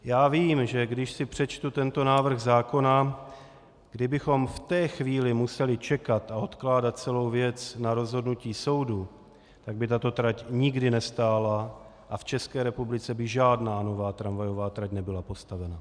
Já vím, že když si přečtu tento návrh zákona, kdybychom v té chvíli museli čekat a odkládat celou věc na rozhodnutí soudu, tak by tato trať nikdy nestála a v České republice by žádná nová tramvajová trať nebyla postavena.